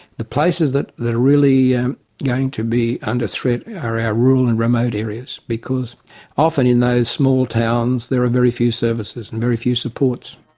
the places that that are really going to be under threat are our rural and remote areas, because often in those small towns there are very few services and very few supports.